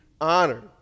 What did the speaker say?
honored